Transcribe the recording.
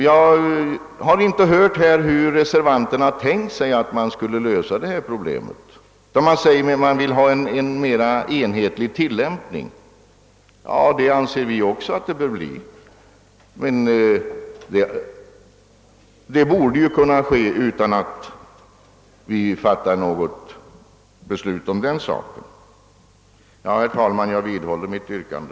Jag har inte hört här hur reservanterna tänkt sig att man skulle lösa detta problem för att få en mera enhetlig tilllämpning. Vi anser också att större enhetlighet är önskvärd. Men det borde ju kunna åstadkommas utan att vi fattar något beslut om den saken. Herr talman! Jag vidhåller mitt yrkande.